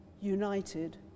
united